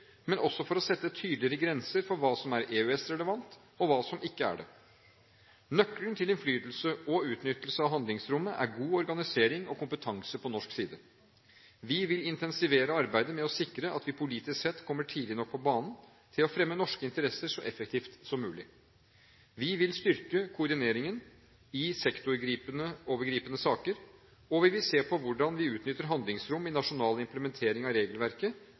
også for å sette tydeligere grenser for hva som er EØS-relevant, og hva som ikke er det. Nøkkelen til innflytelse og utnyttelse av handlingsrommet er god organisering og kompetanse på norsk side. Vi vil intensivere arbeidet med å sikre at vi politisk sett kommer tidlig nok på banen til å fremme norske interesser så effektivt som mulig. Vi vil styrke koordineringen i sektorovergripende saker, og vi vil se på hvordan vi utnytter handlingsrom i nasjonal implementering av regelverket,